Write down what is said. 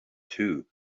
too